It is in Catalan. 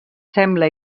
sembla